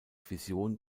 vision